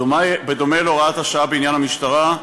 בדומה להוראת השעה בעניין המשטרה,